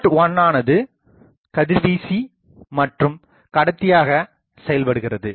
board 1 ஆனது கதிர்வீசி மற்றும் கடத்தியாக செயல்படுகிறது